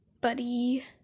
buddy